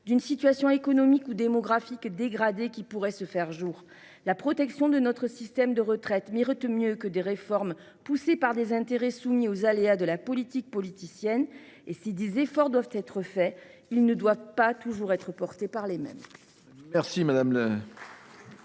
d’une situation économique ou démographique dégradée qui pourrait se faire jour. La protection de notre système de retraite mérite mieux que des réformes poussées par des intérêts soumis aux aléas de la politique politicienne. Si des efforts devaient être faits, ils ne doivent pas être toujours portés par les mêmes